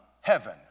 heaven